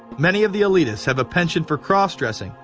many of the elitists have a penchant for cross-dressing.